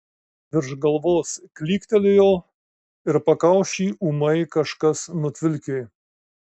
virš galvos klyktelėjo ir pakaušį ūmai kažkas nutvilkė